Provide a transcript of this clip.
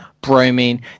bromine